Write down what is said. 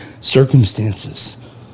circumstances